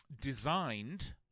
designed